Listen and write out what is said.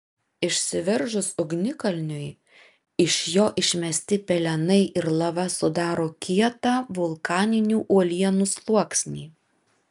išsiveržus ugnikalniui iš jo išmesti pelenai ir lava sudaro kietą vulkaninių uolienų sluoksnį